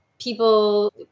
people